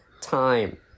time